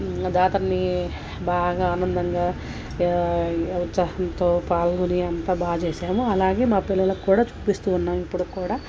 జాతరని బాగా ఆనందంగా ఉత్సాహంతో పాల్గొని అంతా బాగా చేసామో అలాగే మా పిల్లలకు కూడా చూపిస్తూ ఉన్నాము ఇప్పటికీ కూడా